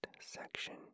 section